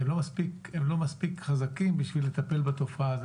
הם לא מספיק חזקים בשביל לטפל בתופעה הזאת.